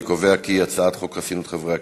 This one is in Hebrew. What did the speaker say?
אני קובע כי הצעת חוק חסינות חברי הכנסת,